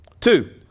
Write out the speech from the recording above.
Two